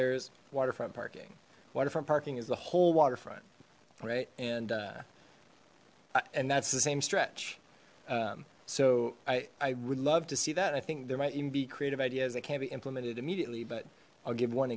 there's waterfront parking waterfront parking is the whole waterfront right and and that's the same stretch so i i would love to see that i think there might even be creative ideas that can't be implemented immediately but i'll give one